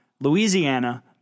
Louisiana